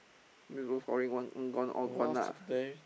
scoring one one gone all gone lah